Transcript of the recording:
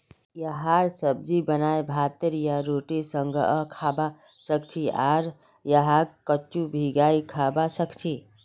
यहार सब्जी बनाए भातेर या रोटीर संगअ खाबा सखछी आर यहाक कच्चो भिंगाई खाबा सखछी